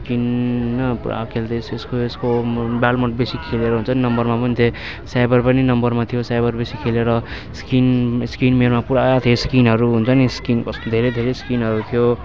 skin पुरा खेल्दै यस यस्को यस्को बाल्डमोन्ड बेसी खेलेर हुन्छ नि नम्बरमा पनि थिएँ सेभर पनि नम्बरमा थियो सेभर बेसी खेलेर स्किन स्किन मेरोमा पुरा थियो स्किनहरू हुन्छ नि स्किन धेरै धेरै स्किनहरू थियो